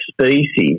species